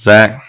Zach